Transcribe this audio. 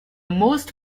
most